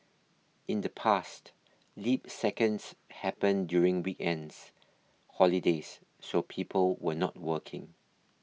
in the past leap seconds happened during weekends holidays so people were not working